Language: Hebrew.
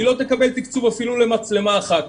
היא לא תקבל תקצוב אפילו למצלמה אחת.